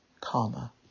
karma